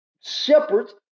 shepherds